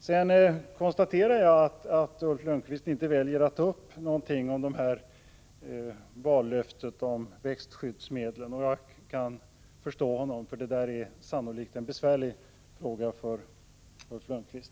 Sedan konstaterar jag att Ulf Lönnqvist väljer att inte säga någonting om vallöftet om växtskyddsmedlen. Jag kan förstå honom, för det är sannolikt en besvärlig fråga för Ulf Lönnqvist.